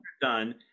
done